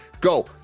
go